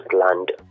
land